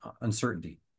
uncertainty